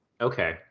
okay